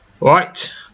Right